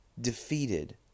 defeated